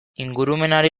ingurumenari